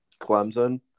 clemson